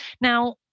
now